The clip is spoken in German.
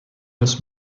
das